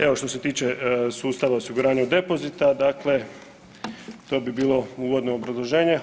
Evo, što se tiče sustava osiguranja depozita, dakle, to bi bilo uvodno obrazloženje.